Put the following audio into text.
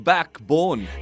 Backbone